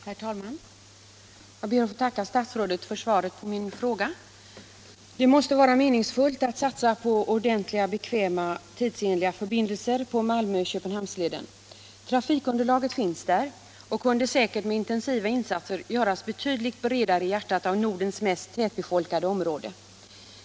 Herr talman! Jag ber att få tacka statsrådet för svaret på min fråga. Det måste vara meningsfullt att satsa på ordentliga, bekväma och tidsenliga förbindelser på Malmö-Köpenhamns-leden. Trafikunderlaget finns där och kunde säkert med intensiva insatser göras betydligt bredare i hjärtat av Nordens mest tätbefolkade område.